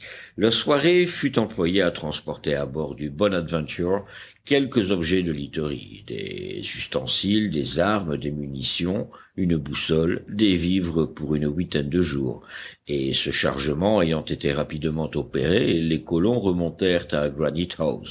la soirée fut employée à transporter à bord du bonadventure quelques objets de literie des ustensiles des armes des munitions une boussole des vivres pour une huitaine de jours et ce chargement ayant été rapidement opéré les colons remontèrent à